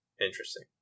Interesting